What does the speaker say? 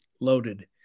loaded